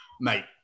Mate